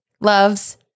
loves